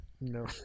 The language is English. No